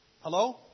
Hello